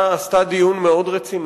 עשתה דיון מאוד רציני.